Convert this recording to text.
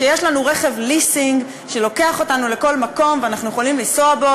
שיש לנו רכב ליסינג שלוקח אותנו לכל מקום ואנחנו יכולים לנסוע בו,